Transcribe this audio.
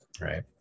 right